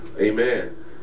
Amen